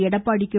Edappadi K